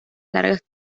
largas